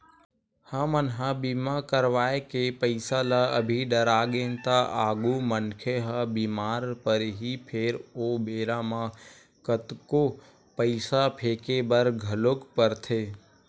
हमन ह बीमा करवाय के पईसा ल अभी डरागेन त आगु मनखे ह बीमार परही फेर ओ बेरा म कतको पईसा फेके बर घलोक परथे